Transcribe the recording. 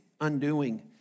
undoing